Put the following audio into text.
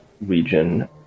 region